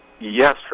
Yes